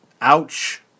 Ouch